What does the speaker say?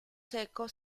seco